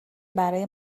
برای